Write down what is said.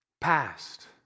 Past